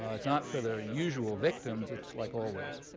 ah it's not for the usual victims. it's like always.